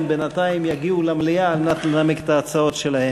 בינתיים יגיעו למליאה על מנת לנמק את ההצעות שלהם.